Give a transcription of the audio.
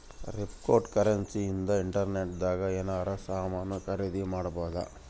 cryptocurrency ಇಂದ internet ದಾಗ ಎನಾರ ಸಾಮನ್ ಖರೀದಿ ಮಾಡ್ಬೊದು